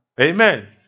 Amen